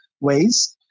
ways